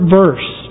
verse